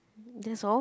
that's all